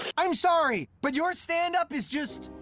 i'm sorry, but your stand-up is just.